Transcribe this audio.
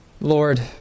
Lord